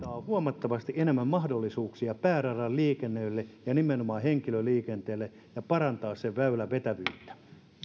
huomattavasti enemmän mahdollisuuksia pääradan liikenteelle ja nimenomaan henkilöliikenteelle ja parantaa sen väylän vetävyyttä